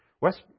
West